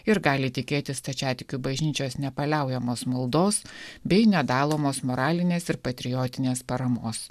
ir gali tikėtis stačiatikių bažnyčios nepaliaujamos maldos bei nedalomos moralinės ir patriotinės paramos